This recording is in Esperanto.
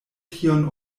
tion